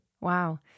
Wow